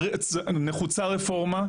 נחוצה רפורמה,